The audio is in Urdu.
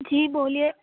جی بولیے